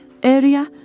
area